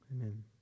Amen